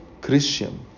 Christian